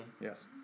Yes